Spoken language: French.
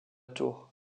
tour